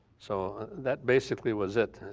so that basically was it,